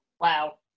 Wow